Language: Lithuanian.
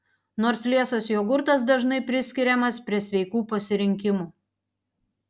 nors liesas jogurtas dažnai priskiriamas prie sveikų pasirinkimų